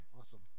Awesome